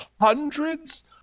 hundreds